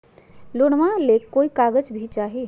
लोनमा ले कोई कागज भी चाही?